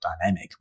dynamic